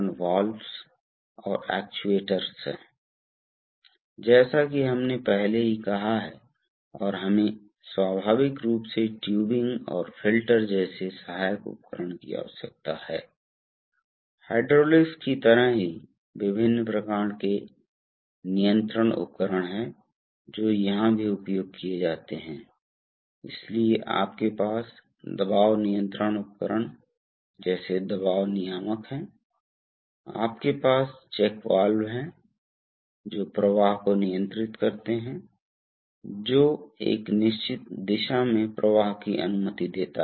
तो मूल विचार स्पूल स्ट्रोक के लिए प्रवाह या दबाव आनुपातिक बनाना है इसलिए मूल रूप से एक है यह केवल एक दिशात्मक वाल्व की तरह है केवल एक चीज यह है कि दिशात्मक वाल्वों में जब आप एक तरफ सेलेनॉइड पर स्विच करते हैं तो यह आता है और चिपक जाता है एक छोर पर जब आप सोलेनोइड के दूसरे पक्ष को सक्रिय करते हैं तो यह आता है और दूसरे छोर पर चिपक जाता है